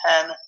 ten